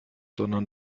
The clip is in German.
sondern